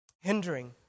Hindering